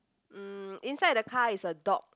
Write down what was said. mm inside the car is a dog